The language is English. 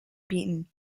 beaten